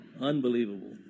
Unbelievable